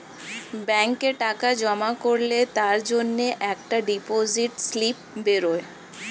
ব্যাংকে টাকা জমা করলে তার জন্যে একটা ডিপোজিট স্লিপ বেরোয়